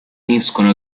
uniscono